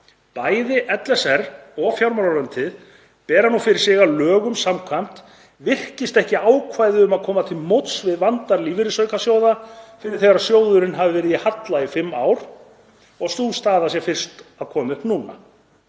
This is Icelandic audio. Bæði LSR og fjármálaráðuneytið bera nú fyrir sig að lögum samkvæmt virkist ekki ákvæði um að koma til móts við vanda í lífeyrisaukasjóði fyrr en þegar sjóðurinn hafi verið í halla í fimm ár og sú staða sé fyrst komin upp núna.